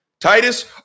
Titus